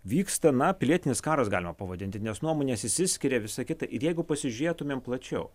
vyksta na pilietinis karas galima pavadinti nes nuomonės išsiskiria visa kita ir jeigu pasižiūrėtumėm plačiau